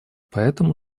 поэтому